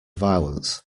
violence